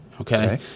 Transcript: Okay